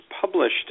published